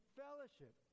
fellowship